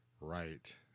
right